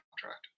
contract